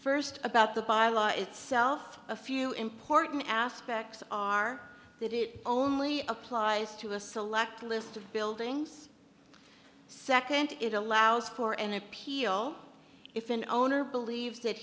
first about the by law itself a few important aspects are that it only applies to a select list of buildings second it allows for an appeal if an owner believes that